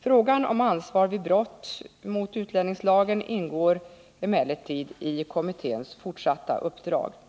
Frågan om ansvar vid brott mot utlänningslagen ingår emellertid i kommitténs fortsatta uppdrag. Fru talman!